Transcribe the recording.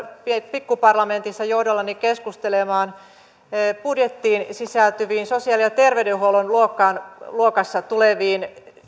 pikkuparlamentissa johdollani keskustelemaan budjettiin sisältyvien sosiaali ja terveydenhuollon luokassa tulevien